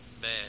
bad